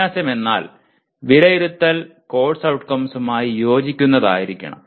വിന്യാസം എന്നാൽ വിലയിരുത്തൽ കോഴ്സ് ഔട്ട്കംസുമായി യോജിക്കുന്നതായിരിക്കണം